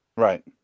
right